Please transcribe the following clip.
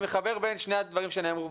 אני מחבר בין שני הדברים שנאמרו,